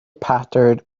pattered